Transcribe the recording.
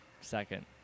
second